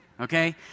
okay